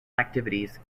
activities